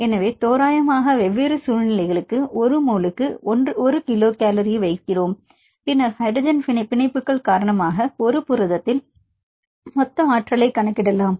எனவே தோராயமாக வெவ்வேறு சூழ்நிலைகளுக்கு ஒரு மோலுக்கு 1 கிலோ கலோரை 1Kcalmole வைக்கிறோம் பின்னர் ஹைட்ரஜன் பிணைப்புகள் காரணமாக ஒரு புரதத்தில் மொத்த ஆற்றலைக் கணக்கிடலாம்